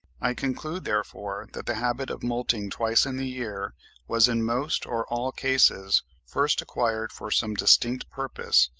i conclude, therefore, that the habit of moulting twice in the year was in most or all cases first acquired for some distinct purpose,